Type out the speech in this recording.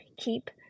keep